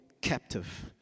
captive